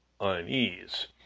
unease